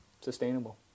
sustainable